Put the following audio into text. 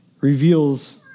reveals